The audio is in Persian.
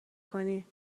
کنی